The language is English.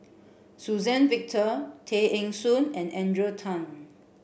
Suzann Victor Tay Eng Soon and Adrian Tan